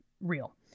real